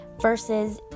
versus